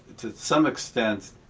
to some extent,